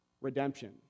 redemption